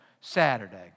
Saturday